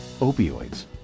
opioids